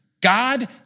God